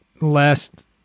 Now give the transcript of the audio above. last